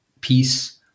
peace